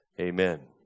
amen